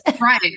Right